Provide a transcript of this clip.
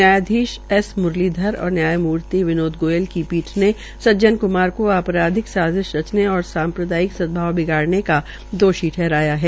न्यायाधीश एस मुरलीधर और न्यायमूर्ति विनोद गोयल की पीठ ने सज्जन क्मार को अपराधिक साज्ञाश रचने और सांप्रदयिक सदभाव बिगाड़नें का दोषी ठहराया है